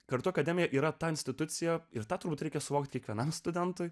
kartu akademija yra ta institucija ir tą turbūt reikia suvokti kiekvienam studentui